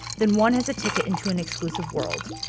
then one has a ticket into an exclusive world.